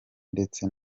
ndetse